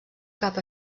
cap